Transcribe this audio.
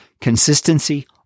Consistency